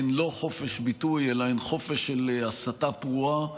הן לא חופש ביטוי אלא הן חופש של הסתה פרועה.